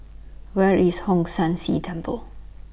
Where IS Hong San See Temple